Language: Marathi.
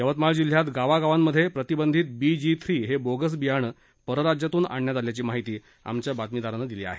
यवतमाळ जिल्ह्यात गावागावात प्रतिबंधित बीजी थ्री हे बोगस बियाणं परराज्यातून आणण्यात आल्याची माहिती आमच्या बातमीदारानं दिली आहे